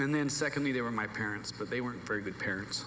and then secondly they were my parents but they were very good parents